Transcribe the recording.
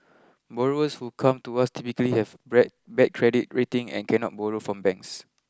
borrowers who come to us typically have bad credit rating and cannot borrow from banks